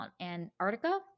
Antarctica